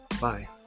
Bye